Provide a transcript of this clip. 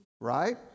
right